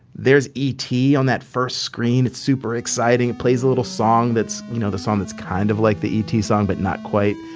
there's e t. on that first screen. it's super exciting it plays a little song that's, you know, the song that's kind of like the e t. song, but not quite.